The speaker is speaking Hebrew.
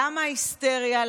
למה ההיסטריה?